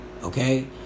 Okay